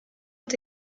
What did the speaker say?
ont